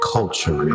Culture